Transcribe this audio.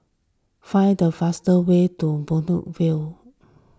find the fastest way to Buangkok View